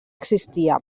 existia